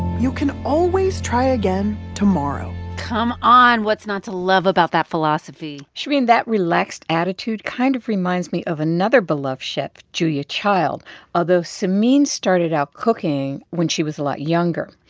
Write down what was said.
you can always try again tomorrow come on. what's not to love about that philosophy? shereen, that relaxed attitude kind of reminds me of another beloved chef julia child although samin started out cooking when she was a lot younger.